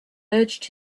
urged